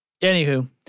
Anywho